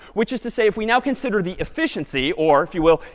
which is to say if we now consider the efficiency or, if you will,